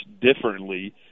differently